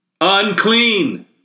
Unclean